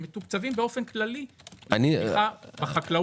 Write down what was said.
הם מתוקצבים באופן כללי לתמיכה בחקלאות.